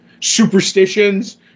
superstitions